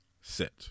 set